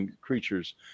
creatures